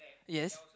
yes